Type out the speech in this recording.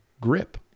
grip